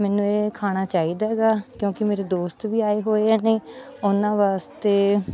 ਮੈਨੂੰ ਇਹ ਖਾਣਾ ਚਾਹੀਦਾ ਹੈਗਾ ਕਿਉਂਕਿ ਮੇਰੇ ਦੋਸਤ ਵੀ ਆਏ ਹੋਏ ਨੇ ਉਹਨਾਂ ਵਾਸਤੇ